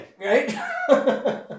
right